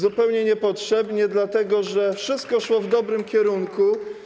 Zupełnie niepotrzebnie, dlatego że wszystko szło w dobrym kierunku.